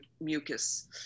mucus